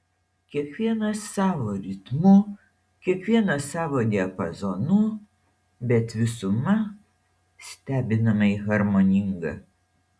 kiekvienas savu ritmu kiekvienas savo diapazonu bet visuma stebinamai harmoninga